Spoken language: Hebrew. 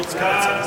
מי נמנע?